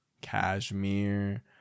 cashmere